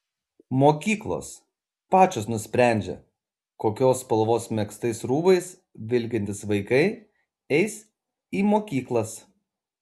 mokyklos pačios nusprendžia kokios spalvos megztais rūbais vilkintys vaikai eis į mokyklas